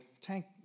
tank